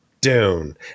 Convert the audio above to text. Dune